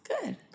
good